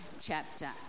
chapter